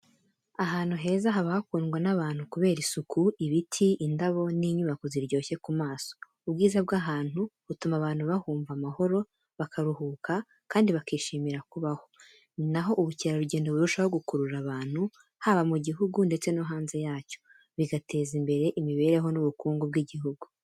Ahantu heza haba hakundwa n’abantu kubera isuku, ibiti, indabo n’inyubako ziryoshye ku maso. Ubwiza bw’ahantu butuma abantu bahumva amahoro, bakaruhuka, kandi bakishimira kubaho. Ni na ho ubukerarugendo burushaho gukurura abantu, haba mu gihugu ndetse no hanze yacyo. Bigateza imbere imibereho n’ubukungu bw’igihugu.